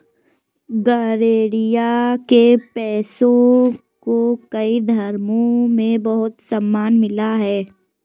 गरेड़िया के पेशे को कई धर्मों में बहुत सम्मान मिला है